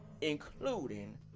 including